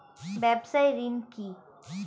ব্যবসায় ঋণ কি?